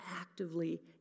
actively